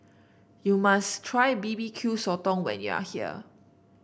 you must try B B Q Sotong when you are here